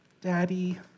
Daddy